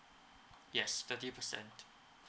yes thirty percent